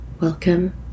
Welcome